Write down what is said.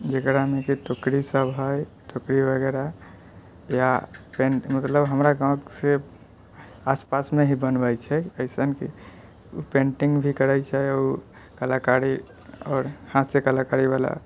जकरामे कि टोकरी सब है टोकरी वगैरह यऽ पेंट मतलब हमरा गाउँ से आस पास मे ही बनबय छै ऐसन कि उऽ पेंटिंग भी करय छै उऽ कलाकारी आउर हाथ से कलाकारी बला